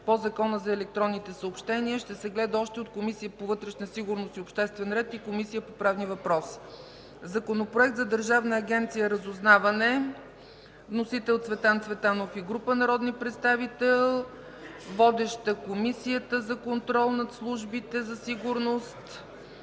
по Закона за електронните съобщения. Разпределен е и на Комисията по вътрешна сигурност и обществен ред и Комисията по правни въпроси. Законопроект за държавна агенция „Разузнаване”. Вносители – Цветан Цветанов и група народни представители. Водеща е Комисията за контрол над службите за сигурност,